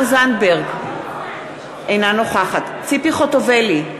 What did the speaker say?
תמר זנדברג, אינה נוכחת ציפי חוטובלי,